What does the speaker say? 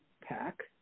pack